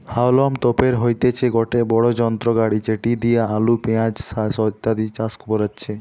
হাউলম তোপের হইতেছে গটে বড়ো যন্ত্র গাড়ি যেটি দিয়া আলু, পেঁয়াজ ইত্যাদি চাষ করাচ্ছে